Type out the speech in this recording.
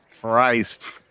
Christ